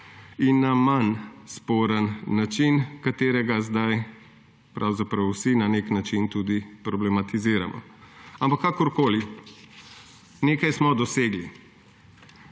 in na manj sporen način, ki ga zdaj pravzaprav vsi na nek način tudi problematiziramo. Ampak, kakorkoli, nekaj smo dosegli.